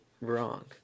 wrong